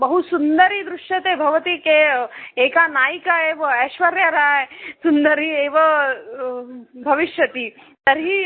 बहु सुन्दरी दृश्यते भवती किम् एका नायिका एव ऐश्वर्या रै सुन्दरी एव भविष्यति तर्हि